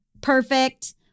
Perfect